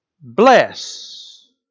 bless